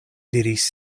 diris